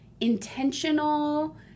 intentional